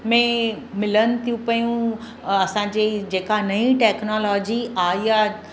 में मिलनि थियूं पयूं असांजी जेका नई टैक्नोलॉजी आई आहे